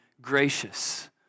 gracious